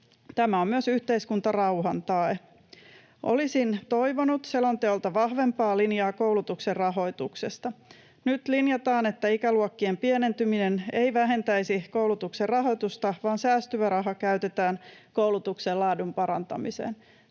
Tämä on myös yhteiskuntarauhan tae. Olisin toivonut selonteolta vahvempaa linjaa koulutuksen rahoituksesta. Nyt linjataan, että ikäluokkien pienentyminen ei vähentäisi koulutuksen rahoitusta, vaan säästyvä raha käytetään koulutuksen laadun parantamiseen.